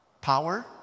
Power